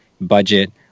budget